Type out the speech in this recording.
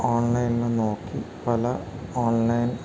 ഓൺലൈനിൽ നോക്കി പല ഓൺലൈൻ